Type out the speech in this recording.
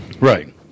Right